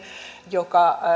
joka